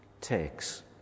takes